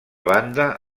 banda